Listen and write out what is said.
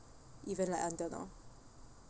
even like until now